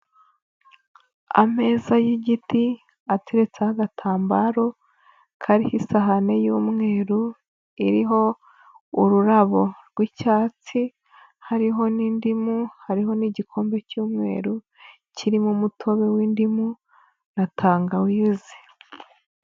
Ameza y'igiti ateretseho agatambaro kariho isahane y'umweru iriho ururabo rw'icyatsi hariho n'indimu hariho n'igikombe cy'umweru kirimo umutobe w'indimu na tangawize.